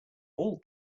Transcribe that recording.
all